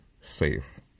safe